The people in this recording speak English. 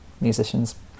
musicians